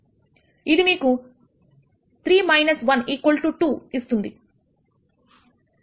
ఇది మీకు 3 1 2 ఇస్తుంది